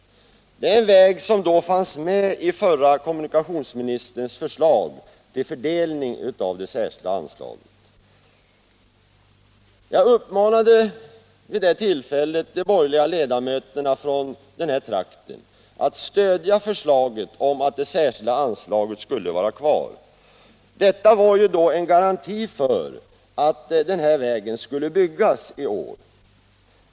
Det är en väg som fanns med i förre kommunikationsministerns förslag till fördelning av det särskilda anslaget. Jag uppmanade vid det tillfället de borgerliga ledamöterna från trakten att stödja förslaget att det särskilda anslaget skulle vara kvar. Det hade ju varit en garanti för att den här vägen skulle byggas i år.